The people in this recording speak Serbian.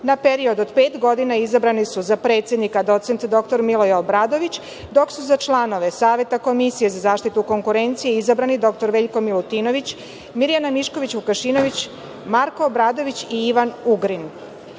na period od pet godina izabrani su za predsednika doc. dr Miloje Obradović, dok su za članove Saveta komisije za zaštitu konkurencije izabrani dr Veljko Milutinović, Mirjana Mišković Vukašinović, Marko Obradović i Ivan